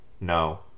No